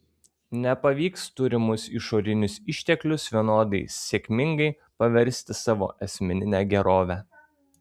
nepavyks turimus išorinius išteklius vienodai sėkmingai paversti savo asmenine gerove